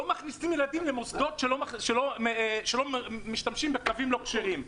מכניסים ילדים למוסדות שלא משתמשים בקווים לא כשרים.